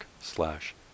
slash